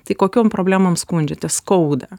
tai kokiom problemom skundžiatės skauda